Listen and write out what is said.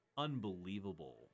unbelievable